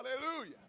Hallelujah